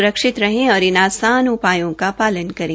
स्रक्षित रहें और इन आसान उपायों का पालन करें